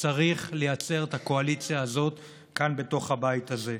צריך לייצר את הקואליציה הזאת כאן בתוך הבית הזה.